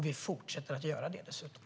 Vi fortsätter dessutom att göra det.